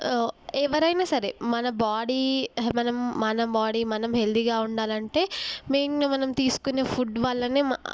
ఎవరైనా సరే మన బాడీ మనం మన బాడీ మనం హెల్తీగా ఉండాలంటే మెయిన్గా తీసుకునే ఫుడ్ వల్లనే